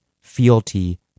fealty